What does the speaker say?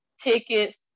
tickets